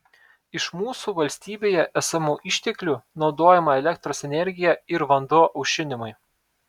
iš mūsų valstybėje esamų išteklių naudojama elektros energija ir vanduo aušinimui